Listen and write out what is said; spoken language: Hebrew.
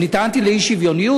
אני טענתי לאי-שוויוניות,